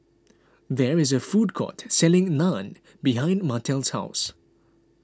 there is a food court selling Naan behind Martell's house